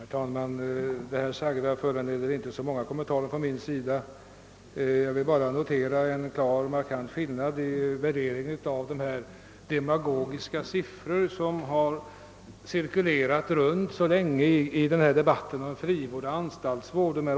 Herr talman! Vad som nu sagts föranleder inte så många kommentarer från min sida. Jag vill bara notera en markant skillnad i värderingen av de demagogiskt framförda siffror — 85 procent respektive 15 procent — som cirkulerat så länge i debatten om frivård och anstaltsvård.